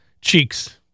cheeks